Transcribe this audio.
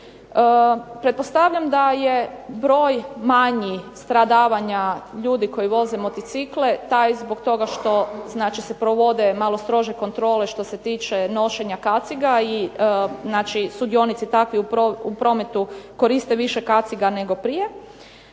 Pretpostavljam da je broj manjih stradavanja ljudi koji voze motocikle taj zbog toga što znači se provode malo strože kontrole što se tiče nošenja kaciga i znači sudionici takvi u prometu koriste više kaciga nego prije,